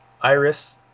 Iris